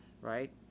right